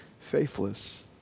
faithless